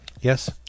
Yes